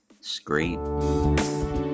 Scream